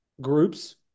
groups